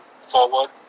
forward